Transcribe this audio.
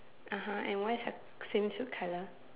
(uh huh) and what is her swimsuit colour